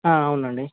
అవును అండి